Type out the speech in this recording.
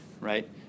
right